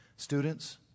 Students